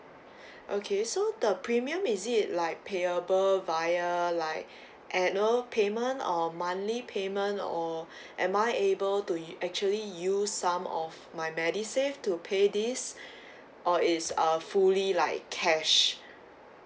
okay so the premium is it like payable via like annual payment or monthly payment or am I able to actually use some of my medisave to pay this all is uh fully like cash